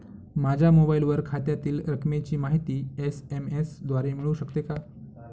माझ्या मोबाईलवर खात्यातील रकमेची माहिती एस.एम.एस द्वारे मिळू शकते का?